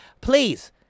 Please